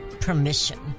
permission